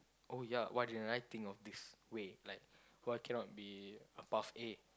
oh ya why didn't I think of this way like why cannot be a path A